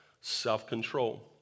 self-control